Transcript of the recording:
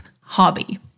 hobby